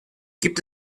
gibt